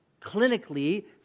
clinically